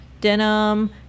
denim